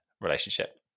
relationship